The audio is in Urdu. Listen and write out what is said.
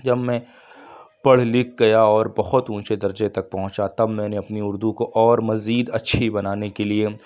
جب میں پڑھ لکھ گیا اور بہت اونچے درجے تک پہنچا تب میں نے اپنی اُردو کو اور مزید اچھی بنانے کے لیے